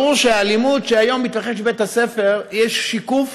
שברור שהאלימות שהיום מתרחשת בבית הספר היא שיקוף